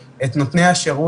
תודה לך על